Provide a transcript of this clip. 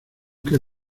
que